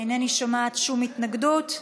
אינני שומעת שום התנגדות,